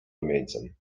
rumieńcem